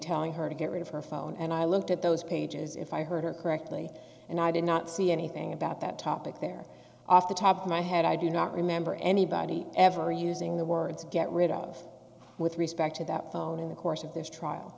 telling her to get rid of her phone and i looked at those pages if i heard her correctly and i did not see anything about that topic there off the top of my head i do not remember anybody ever using the words get rid of with respect to that phone in the course of this trial